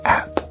app